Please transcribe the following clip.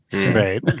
Right